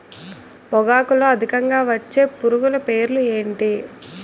పొగాకులో అధికంగా వచ్చే పురుగుల పేర్లు ఏంటి